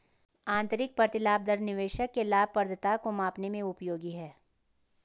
आंतरिक प्रतिलाभ दर निवेशक के लाभप्रदता को मापने में उपयोगी है